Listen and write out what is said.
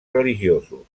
religiosos